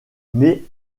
mais